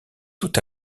tout